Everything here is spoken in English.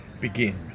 begin